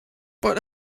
but